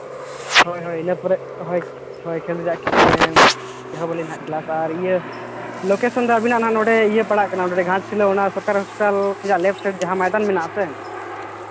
ᱦᱳᱭ ᱦᱳᱭ ᱤᱱᱟᱹ ᱯᱚᱨᱮ ᱦᱳᱭ ᱦᱳᱭ ᱮᱦᱚᱵᱟᱞᱤᱧ ᱠᱞᱟᱥ ᱟᱨ ᱤᱭᱟᱹ ᱞᱚᱠᱮᱥᱮᱱ ᱫᱚ ᱟᱹᱵᱤᱱᱟᱜ ᱱᱚᱣᱟ ᱱᱚᱸᱰᱮ ᱤᱭᱟᱹ ᱯᱟᱲᱟᱜ ᱠᱟᱱᱟ ᱱᱚᱸᱰᱮ ᱜᱷᱟᱴᱥᱤᱞᱟᱹ ᱚᱱᱟ ᱥᱚᱨᱠᱟᱨᱤ ᱦᱟᱥᱯᱟᱛᱟᱞ ᱠᱷᱚᱱᱟᱜ ᱞᱮᱯᱷᱴ ᱥᱟᱭᱤᱰ ᱡᱟᱦᱟᱸ ᱢᱚᱭᱫᱟᱱ ᱢᱮᱱᱟᱜ ᱟᱥᱮ